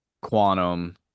Quantum